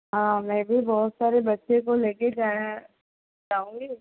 ओ मैं भी बहुत सारे बच्चों को लेकर जा जाऊँगी